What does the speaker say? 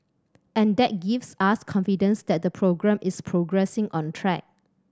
and that gives us confidence that the programme is progressing on track